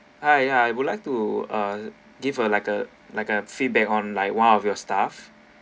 Hi I would like to uh give a like a like a feedback on like one of your staff